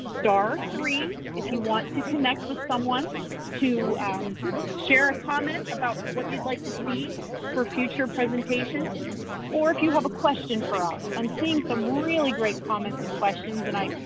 star three if you want to connect with someone to just share a comment about what you'd like to see for future presentations or if you have a question for us. i'm seeing some really great comments and questions and i,